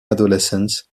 adolescence